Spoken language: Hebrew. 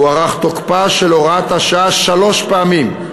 הוארך תוקפה של הוראת השעה שלוש פעמים: